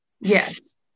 Yes